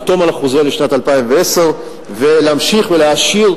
לחתום על החוזה לשנת 2010 ולהמשיך להעשיר